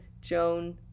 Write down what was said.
Joan